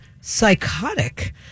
psychotic